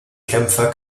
kämpfer